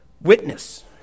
Witness